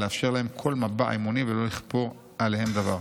לאפשר להם כל מבע אמוני ולא לכפות עליהם דבר.